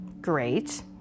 Great